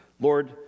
Lord